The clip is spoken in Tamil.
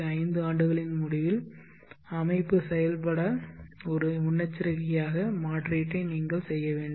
5 ஆண்டுகளின் முடிவில் அமைப்பு செயல்பட ஒரு முன்னெச்சரிக்கையாக மாற்றீட்டை நீங்கள் செய்ய வேண்டும்